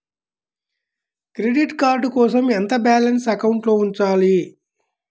Credit card కోసం ఎంత balance అకౌంట్లో ఉంచాలి?